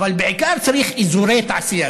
אבל בעיקר צריך אזורי תעשייה,